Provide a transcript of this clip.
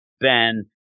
Ben